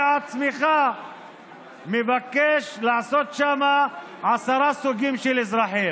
אתם רוצים לשחרר את אדמות הנגב מהיהודים.